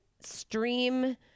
stream